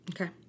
Okay